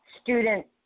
student